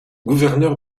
gouverneur